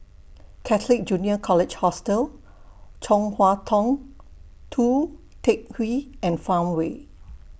Catholic Junior College Hostel Chong Hua Tong Tou Teck Hwee and Farmway